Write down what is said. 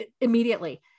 immediately